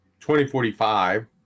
2045